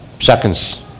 seconds